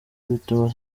bituma